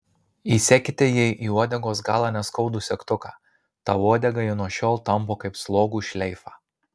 įsekite jai į uodegos galą neskaudų segtuką tą uodegą ji nuo šiol tampo kaip slogų šleifą